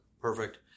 perfect